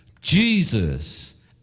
Jesus